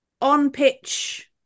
on-pitch